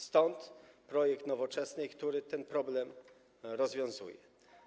Stąd projekt Nowoczesnej, który ten problem rozwiązuje.